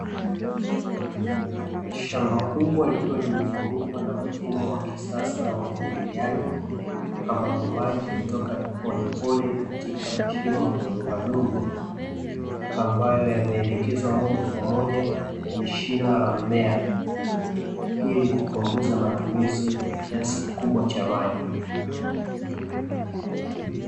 Shamba kubwa likiwa limezungukwa na mfumo wa kisasa wa umwagiliaji ambapo maji hutoka polepole katika mashimo madogo madogo ambayo yameelekezwa moja kwa moja kwenye shina la mmea ili kupunguza matumizi ya kiasi kikubwa cha maji.